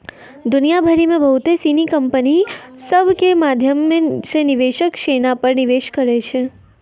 दुनिया भरि मे बहुते सिनी कंपनी सभ के माध्यमो से निवेशक सोना पे निवेश करै छै